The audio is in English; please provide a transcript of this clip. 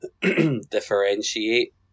Differentiate